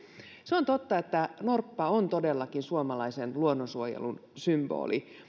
se on totta että norppa on todellakin suomalaisen luonnonsuojelun symboli